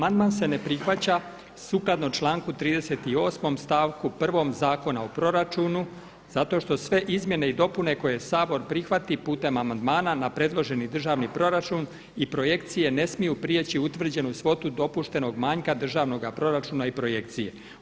Amandman se ne prihvaća sukladno članku 38. stavku 1. Zakona o proračunu zato što sve izmjene i dopune koje Sabor prihvati putem amandmana na predloženi državni proračun i projekcije ne smiju prijeći utvrđenu svotu dopuštenog manjka državnoga proračuna i projekcije.